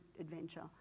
adventure